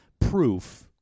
proof